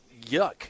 yuck